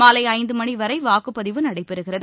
மாலை ஐந்து மணி வரை வாக்குப்பதிவு நடைபெறுகிறது